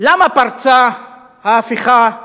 למה פרצה ההפיכה